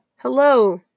Hello